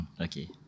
Okay